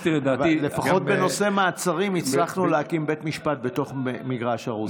לפחות בנושא מעצרים הצלחנו להקים בית משפט בתוך מגרש הרוסים.